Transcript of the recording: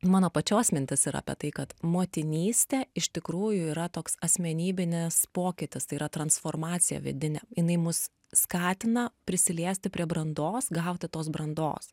mano pačios mintis yra apie tai kad motinystė iš tikrųjų yra toks asmenybinis pokytis tai yra transformacija vidinė jinai mus skatina prisiliesti prie brandos gauti tos brandos